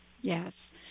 Yes